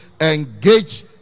Engage